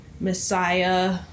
Messiah